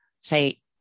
say